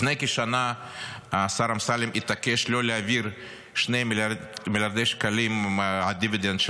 לפני כשנה השר אמסלם התעקש לא להעביר 2 מיליארד שקלים מהדיבידנד של